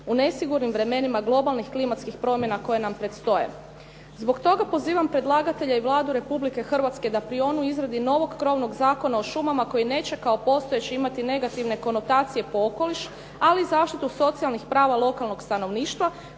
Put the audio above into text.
u nesigurnim vremenima globalnih klimatskih promjena koje nam predstoje. Zbog toga pozivam predlagatelje i Vladu Republike Hrvatske da prionu izradi novog krovnog Zakona o šumama koji neće kao postojeći imati negativne konotacije po okoliš ali zaštitu socijalnih prava lokalnog stanovništva